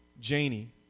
Janie